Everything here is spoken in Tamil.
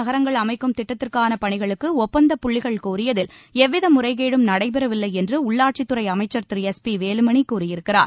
சீர்மிகு நகரங்கள் அமைக்கும் திட்டத்திற்கான பணிகளுக்கு ஒப்பந்தப்புள்ளிகள் கோரியதில் எவ்வித முறைகேடும் நடைபெறவில்லை என்று உள்ளாட்சித் துறை அமைச்சர் திரு எஸ்பி வேலுமணி கூறியிருக்கிறார்